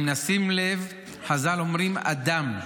אם נשים לב, חז"ל אומרים "אדם",